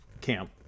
camp